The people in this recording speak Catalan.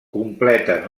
completen